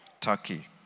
Turkey